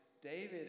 David